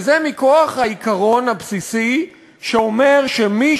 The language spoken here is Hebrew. וזה מכוח העיקרון הבסיסי שאומר שמי